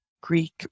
Greek